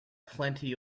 plenty